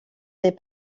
des